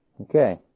Okay